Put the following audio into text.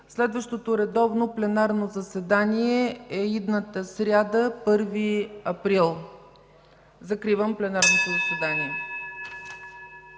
Следващото редовно пленарно заседание е идната сряда, 1 април 2015 г. Закривам пленарното заседание.